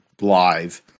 live